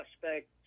suspect